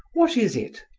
what is it?